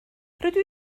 rydw